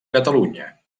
catalunya